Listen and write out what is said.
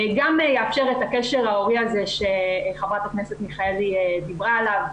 גם תאפשר את הקשר ההורי הזה שחברת הכנסת מיכאלי דיברה עליו,